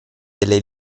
delle